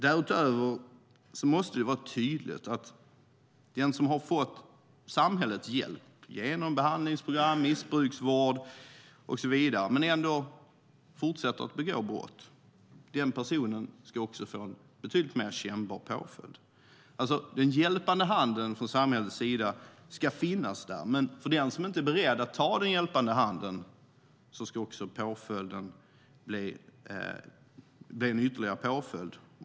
Därutöver måste det vara tydligt att den som har fått samhällets hjälp genom behandlingsprogram, missbruksvård och så vidare men ändå fortsätter att begå brott ska få en betydligt mer kännbar påföljd. Den hjälpande handen från samhällets sida ska finnas där, men den som inte är beredd att ta den hjälpande handen ska få en ytterligare påföljd.